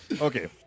Okay